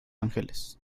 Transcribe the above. ángeles